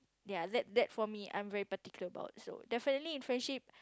ya that that for me I'm very particular about so definitely in friendship